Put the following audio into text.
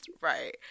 right